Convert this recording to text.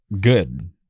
good